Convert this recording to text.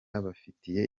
babafitiye